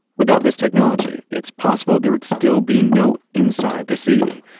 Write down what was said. without this technology its possible there would still be no inside to see.